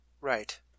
Right